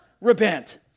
repent